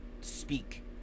speak